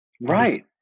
Right